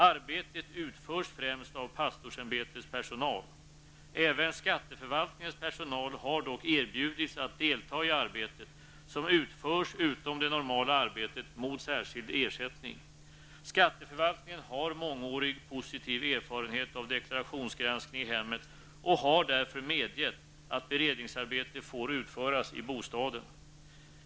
Arbetet utförs främst av pastorsämbetets personal. Även skatteförvaltningens personal har dock erbjudits att delta i arbetet, som utförs utom det normala arbetet, mot särskild ersättning. Skatteförvaltningen har mångårig positiv erfarenhet av deklarationsgranskning i hemmet och har därför medgett att beredningsarbete får utföras i bostaden.